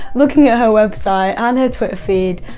looking at her website and her twitter feed,